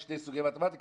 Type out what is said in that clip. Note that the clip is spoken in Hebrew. יש שני סוגי מתמטיקה,